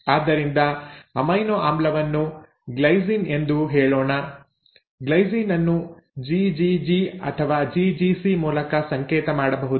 ಆದ್ದರಿಂದ ಅಮೈನೊ ಆಮ್ಲವನ್ನು ಗ್ಲೈಸಿನ್ ಎಂದು ಹೇಳೋಣ ಗ್ಲೈಸಿನ್ ಅನ್ನು ಜಿಜಿಜಿ ಅಥವಾ ಜಿಜಿಸಿ ಮೂಲಕ ಸಂಕೇತ ಮಾಡಬಹುದು